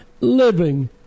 living